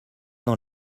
dans